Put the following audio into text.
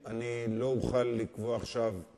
כי אני רוצה לחלוק אתכם